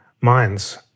minds